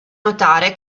notare